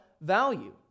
value